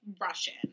Russian